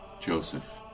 Joseph